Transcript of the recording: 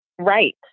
Right